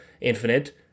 Infinite